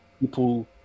people